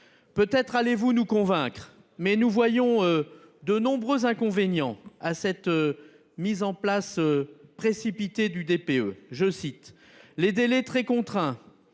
Peut être allez-vous nous convaincre mais nous voyons de nombreux inconvénients à cette. Mise en place précipitée du DPE je cite les délais très contraints.